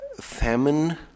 famine